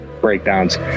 breakdowns